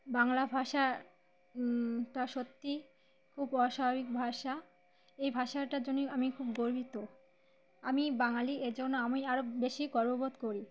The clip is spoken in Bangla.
বাংলা ভাষা টা সত্যিই খুব অস্বাভাবিক ভাষা এই ভাষাটার জন্যই আমি খুব গর্বিত আমি বাঙালি এ জন্য আমি আরও বেশি গর্ববোধ করি